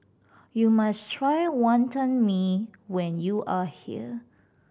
you must try Wantan Mee when you are here